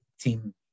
team